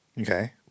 Okay